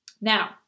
now